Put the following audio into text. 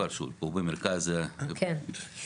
פה, במרכז ירושלמי.